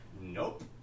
Nope